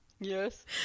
Yes